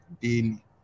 daily